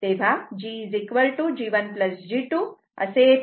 तेव्हा g g1 g2 असे येते